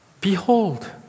Behold